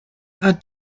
are